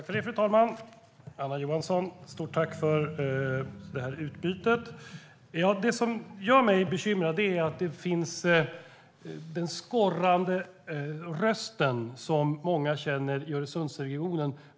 Fru talman! Stort tack för det här utbytet, Anna Johansson! Det som gör mig bekymrad är den skorrande rösten, som många känner i Öresundsregionen.